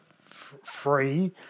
free